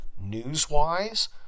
news-wise